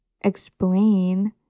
explain